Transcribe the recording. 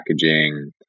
packaging